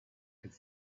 could